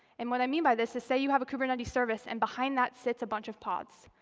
and what i mean by this is say you have a kubernetes service, and behind that sits a bunch of pods,